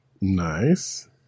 Nice